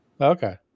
Okay